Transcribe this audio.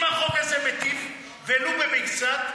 אם החוק הזה מיטיב ולו במקצת,